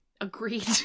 agreed